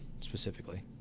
specifically